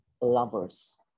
lovers